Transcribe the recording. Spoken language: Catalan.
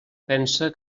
pensa